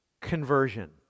Conversion